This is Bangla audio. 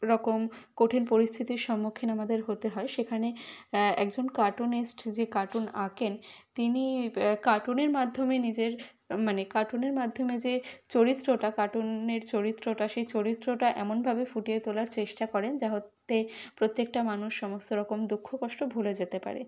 রকম কঠিন পরিস্থিতির সম্মুখীন আমাদের হতে হয় সেখানে একজন কার্টুনিস্ট যে কার্টুন আঁকেন তিনি কার্টুনের মাধ্যমে নিজের মানে কার্টুনের মাধ্যমে যে চরিত্রটা কার্টুনের চরিত্রটা সেই চরিত্রটা এমনভাবে ফুটিয়ে তোলার চেষ্টা করেন যাহতে প্রত্যেকটা মানুষ সমস্ত রকম দুঃখ কষ্ট ভুলে যেতে পারে